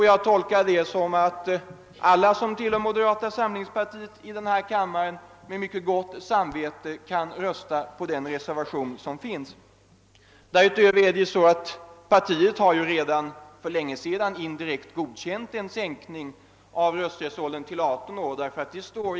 Jag tolkar detta som att alla som tillhör moderata samlingspartiet i denna kammare med mycket gott samvete kan rösta på den reservation som finns. Därutöver kan sägas att partiet redan för länge sedan indirekt godkänt en sänkning av rösträttsåldern till 18 år.